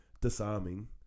disarming